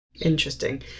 Interesting